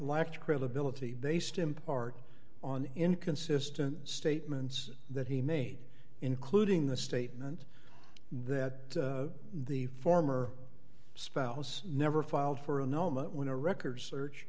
lacked credibility based in part on inconsistent statements that he made including the statement that the former spouse never filed for a moment when a records search